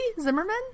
Zimmerman